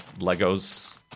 Legos